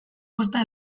posta